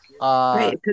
Right